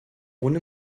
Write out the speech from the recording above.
ohne